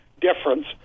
difference